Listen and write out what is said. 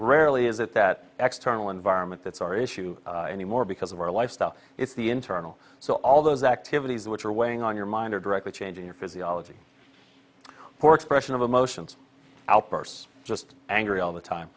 rarely is it that external environment that's our issue anymore because of our lifestyle it's the internal so all those activities which are weighing on your mind are directly changing your physiology for expression of emotions outbursts just angry all the time